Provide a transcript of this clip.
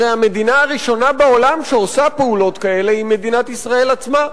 הרי המדינה הראשונה בעולם שעושה פעולות כאלה היא מדינת ישראל עצמה.